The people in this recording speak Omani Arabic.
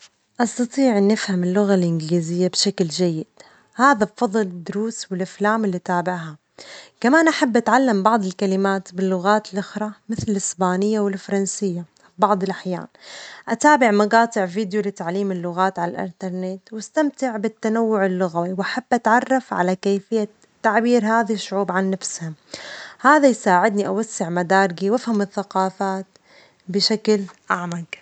أستطيع أن أفهم اللغة الإنجليزية بشكل جيد، هذا بفضل الدروس والأفلام اللي أتابعها، كمان أحب أتعلم بعض الكلمات باللغات الأخرى مثل الإسبانية والفرنسية، بعض الأحيان أتابع مجاطع فيديو لتعليم اللغات على الإنترنت وأستمتع بالتعلم اللغوي، وحابة أتعرف على كيفية تعبير هذه الشعوب عن نفسها، هذا يساعدني أوسع مداركي وأفهم الثجافات بشكل أعمج.